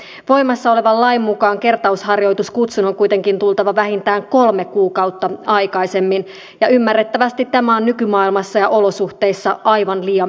voimassa olevan lain mukaan kertausharjoituskutsun on kuitenkin tultava vähintään kolme kuukautta aikaisemmin ja ymmärrettävästi tämä on nykymaailmassa ja olosuhteissa aivan liian pitkä aika